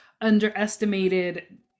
underestimated